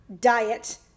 diet